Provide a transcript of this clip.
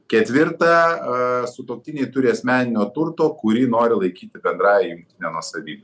ketvirta sutuoktiniai turi asmeninio turto kurį nori laikyti bendrąja jungtine nuosavybe